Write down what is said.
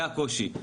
זה הקושי.